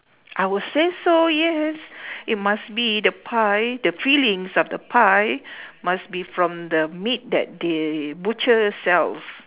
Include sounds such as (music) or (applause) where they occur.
I will say so yes (breath) it must be the pie the fillings of the pie (breath) must be from the meat that the butcher sells